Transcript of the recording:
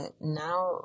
now